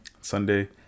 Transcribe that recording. Sunday